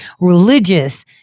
religious